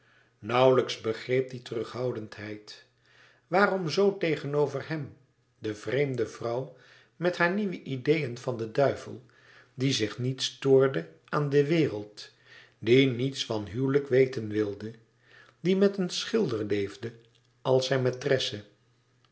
nauwlijks begreep die terughoudendheid waarom zoo tegenover hem de vreemde vrouw met hare nieuwe ideeën van den duivel die zich niet stoorde aan de wereld die niets van huwelijk weten wilde die met een schilder leefde als zijn